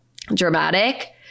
dramatic